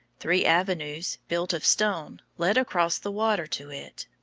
three avenues, built of stone, led across the water to it.